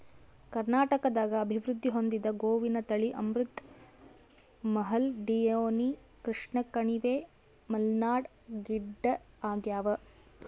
ಕರ್ನಾಟಕದಾಗ ಅಭಿವೃದ್ಧಿ ಹೊಂದಿದ ಗೋವಿನ ತಳಿ ಅಮೃತ್ ಮಹಲ್ ಡಿಯೋನಿ ಕೃಷ್ಣಕಣಿವೆ ಮಲ್ನಾಡ್ ಗಿಡ್ಡಆಗ್ಯಾವ